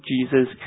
Jesus